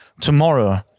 Tomorrow